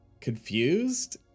confused